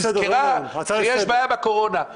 היא נזכרה שיש בעיה בקורונה.